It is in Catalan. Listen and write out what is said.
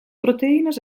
proteïnes